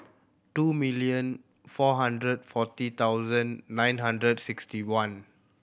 two million four hundred and forty thousand nine hundred sixty one